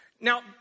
Now